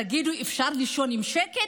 תגידו, אפשר לישון בשקט?